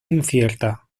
incierta